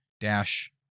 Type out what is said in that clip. Dash